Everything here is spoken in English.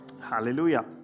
hallelujah